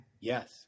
Yes